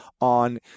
on